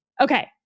Okay